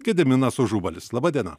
gediminas užubalis laba diena